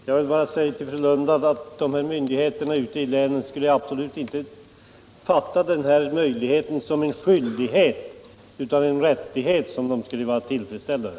Fru talman! Jag vill bara säga till fru Lundblad att myndigheterna ute i länet absolut inte skulle fatta den här möjligheten som en skyldighet utan som en rättighet som de skulle vara tillfredsställda med.